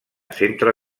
centre